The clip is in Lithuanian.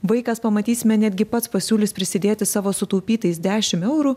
vaikas pamatysime netgi pats pasiūlys prisidėti savo sutaupytais dešimt eurų